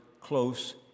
close